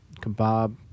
kebab